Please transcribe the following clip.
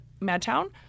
Madtown